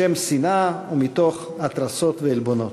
בשם שנאה ומתוך התרסות ועלבונות.